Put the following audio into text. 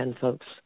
folks